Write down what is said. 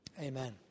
Amen